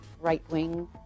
right-wing